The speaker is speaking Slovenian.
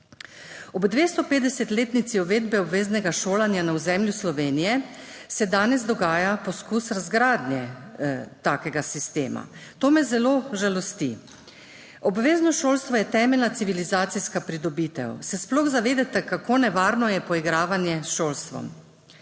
Ob 250-letnici uvedbe obveznega šolanja na ozemlju Slovenije se danes dogaja poskus razgradnje takega sistema. To me zelo žalosti. Obvezno šolstvo je temeljna civilizacijska pridobitev. Se sploh zavedate, kako nevarno je poigravanje s šolstvom?